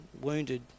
wounded